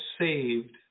saved